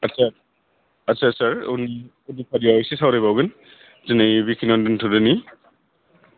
आच्चा आच्चा सार उननि फारियाव एसे सावराय बावगोन दिनै बेखिनियावनो दोनथदोनि